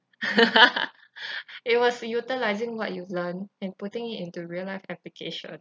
it was utilising what you've learned and putting it into real life application